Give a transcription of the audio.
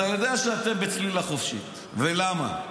אתה יודע שאתם בצלילה חופשית, ולמה?